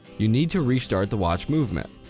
you need to restart the watch movement.